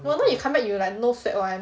no wonder you come back you like no sweat [one]